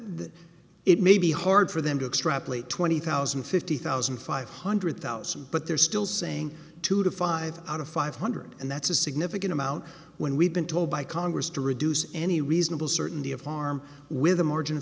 that it may be hard for them to extrapolate twenty thousand fifty thousand five hundred thousand but they're still saying two to five out of five hundred and that's a significant amount when we've been told by congress to reduce any reasonable certainty of harm with a margin